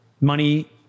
money